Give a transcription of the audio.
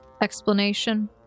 explanation